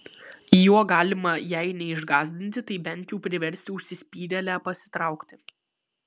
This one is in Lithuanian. juo galima jei neišgąsdinti tai bent jau priversti užsispyrėlę pasitraukti